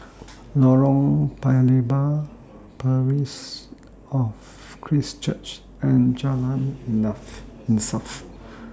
Lorong Paya Lebar Parish of Christ Church and Jalan enough Insaf